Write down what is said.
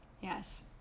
Yes